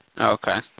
Okay